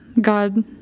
God